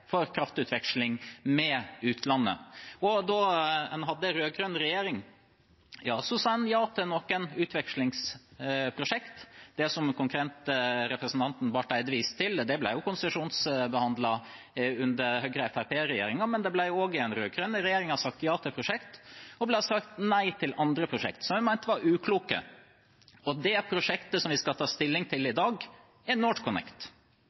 for kraftutveksling med utlandet. Da man hadde rød-grønn regjering, sa man ja til noen utvekslingsprosjekter. Det som representanten Barth Eide konkret viste til, ble konsesjonsbehandlet under Høyre–Fremskrittsparti-regjeringen, men det ble også under den rød-grønne regjeringen sagt ja til prosjekter, og det ble sagt nei til prosjekter som man mente var ukloke. Det prosjektet som vi skal ta stilling til i dag, er NorthConnect.